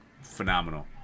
phenomenal